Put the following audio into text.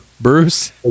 Bruce